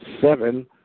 seven